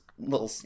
little